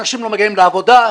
אנשים לא מגיעים לעבודה,